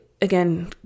again